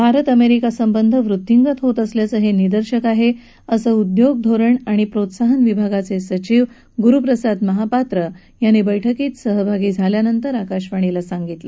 Bharat America संबंध वृद्वींगत होत असल्याचं हे निदर्शक आहे असं उद्योग धोरण आणि प्रोत्साहन विभागाचे सचिव गुरुप्रसाद महापात्र यांनी बैठकीत सहभागी झाल्यानंतर आकाशवाणीला सांगितलं